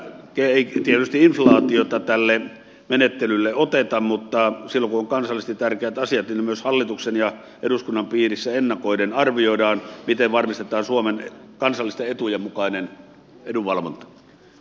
ei tietysti inflaatiota tälle menettelylle oteta mutta silloin kun on kansallisesti tärkeät asiat niin ne myös hallituksen ja eduskunnan piirissä ennakoiden arvioidaan miten varmistetaan suomen kansallisten etujen mukainen edunvalvonta